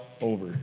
Over